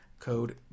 code